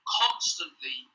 constantly